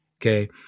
Okay